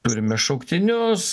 turime šauktinius